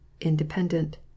independent